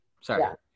sorry